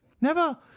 Never